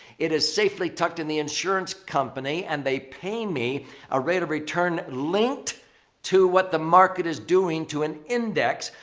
it is safely tucked in the insurance company and they pay me a rate of return linked to what the market is doing to an index.